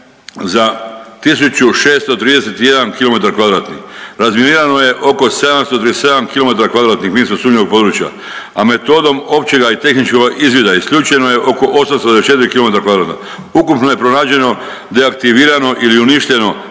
za 1631 km kvadratni. Razminirano je oko 737 kilometara kvadratnih minsko sumnjivog područja, a metodom općega i tehničkoga izvida isključeno je oko 824 kilometra kvadratna. Ukupno je pronađeno, deaktivirano ili uništeno